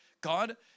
God